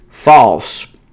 False